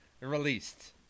released